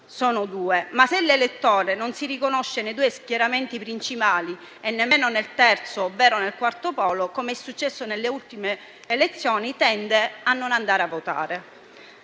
sono due. Ma, se l'elettore non si riconosce nei due schieramenti principali e nemmeno nel terzo o nel quarto polo, come è successo nelle ultime elezioni, tende a non andare a votare.